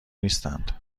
نیستند